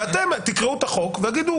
ואתם תקראו את החוק ויגידו,